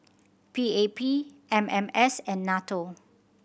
P A P M M S and NATO